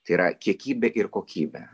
tai yra kiekybė ir kokybė